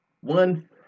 one